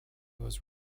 was